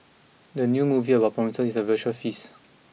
the new movie about food promises a visual feast